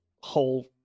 whole